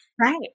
right